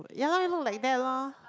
ya lah look like that lor